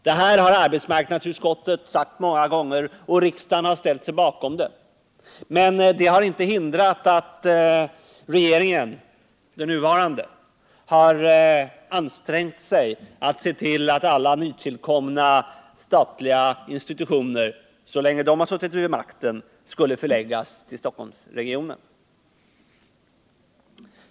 Detta har arbetsmarknadsutskottet sagt många gånger och riksdagen har ställt sig bakom detta uttalande, men det har inte hindrat att den nuvarande regeringen så länge den suttit vid makten har ansträngt sig att se till att alla nytillkomna statliga institutioner skulle förläggas till Stockholmsregionen.